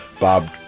Bob